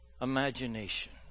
imagination